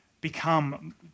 become